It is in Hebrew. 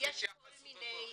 ותתייחסו בתורכם.